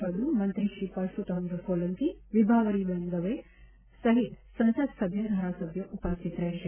ફળદ્દ મંત્રી શ્રી પરષોત્તમ સોલંકી વિભાવરીબેન દવે સહિત સંસદ સભ્ય ધારાસભ્યો ઉપસ્થિત રહેશે